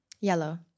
Yellow